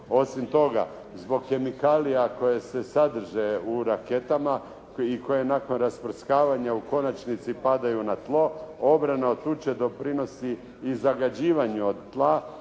Osim toga zbog kemikalija koje se sadrže u raketama i koje nakon rasprskavanja u konačnici padaju na tlo obrana od tuče doprinosi i zagađivanju tla